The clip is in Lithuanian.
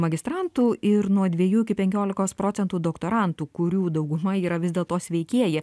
magistrantų ir nuo dviejų iki penkiolikos procentų doktorantų kurių dauguma yra vis dėlto sveikieji